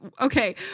Okay